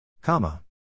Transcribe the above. comma